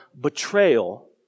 betrayal